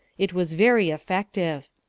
it was very effective.